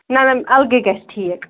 نہ نہ الگٕے گَژھِ ٹھیٖک